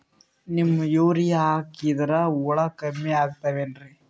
Neem urea ಹಾಕದ್ರ ಹುಳ ಕಮ್ಮಿ ಆಗತಾವೇನರಿ?